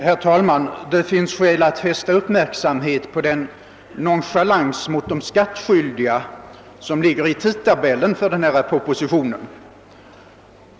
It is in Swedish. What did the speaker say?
Herr talman! Det finns skäl att fästa uppmärksamhet på den nonchalans mot de skattskyldiga som ligger i tidtabellen för framläggande av propositionen.